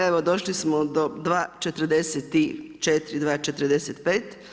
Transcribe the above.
Evo došli smo do 2,44, 2,45.